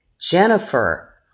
Jennifer